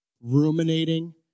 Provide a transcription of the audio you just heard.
ruminating